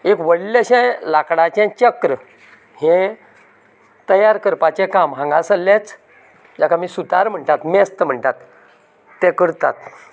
एक व्हडलें अशें लाकडाचें चक्र हें तयार करपाचें काम हांगासरलेंच जाका आमी सुतार म्हणटात मेस्त म्हणटात ते करतात